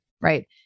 right